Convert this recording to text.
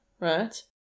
right